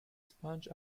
sponge